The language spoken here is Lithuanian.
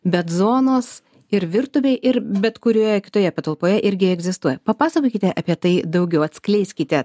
bet zonos ir virtuvėj ir bet kurioje kitoje patalpoje irgi egzistuoja papasakokite apie tai daugiau atskleiskite